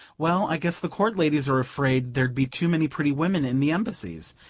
well, i guess the court ladies are afraid there'd be too many pretty women in the embassies,